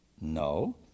No